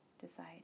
decide